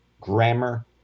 grammar